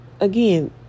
Again